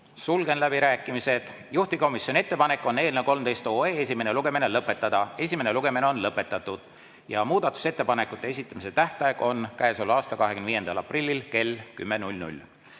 Sulgen läbirääkimised. Juhtivkomisjoni ettepanek on eelnõu 13 esimene lugemine lõpetada. Esimene lugemine on lõpetatud. Muudatusettepanekute esitamise tähtaeg on käesoleva aasta 25. aprillil kell 10.